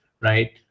right